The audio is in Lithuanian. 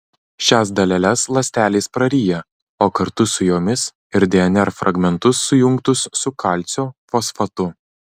šias daleles ląstelės praryja o kartu su jomis ir dnr fragmentus sujungtus su kalcio fosfatu